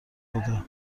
بوده